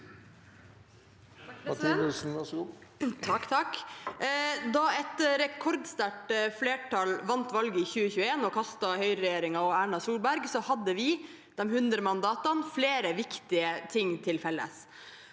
Da et re- kordsterkt flertall vant valget i 2021 og kastet høyreregjeringen og Erna Solberg, hadde vi, de 100 mandatene, flere viktige ting til felles,